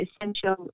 essential